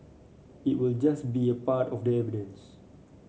it will just be a part of the evidence